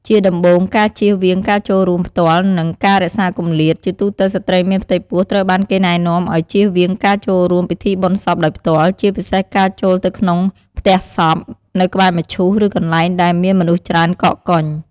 ជាដំបូង ការជៀសវាងការចូលរួមផ្ទាល់ និងការរក្សាគម្លាត ជាទូទៅស្ត្រីមានផ្ទៃពោះត្រូវបានគេណែនាំឲ្យជៀសវាងការចូលរួមពិធីបុណ្យសពដោយផ្ទាល់ ជាពិសេសការចូលទៅក្នុងផ្ទះសព នៅក្បែរមឈូស ឬកន្លែងដែលមានមនុស្សច្រើនកកកុញ។